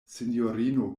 sinjorino